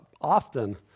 often